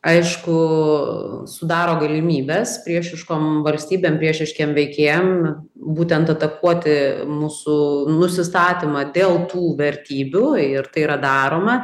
aišku sudaro galimybes priešiškom valstybėm priešiškiem veikėjam būtent atakuoti mūsų nusistatymą dėl tų vertybių ir tai yra daroma